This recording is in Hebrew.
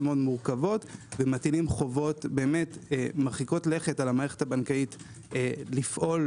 מורכבות ומטילים חובות מרחיקות לכת על המערכת הבנקאית לפעול